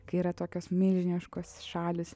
kai yra tokios milžiniškos šalys